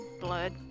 blood